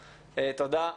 תודה,